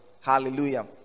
hallelujah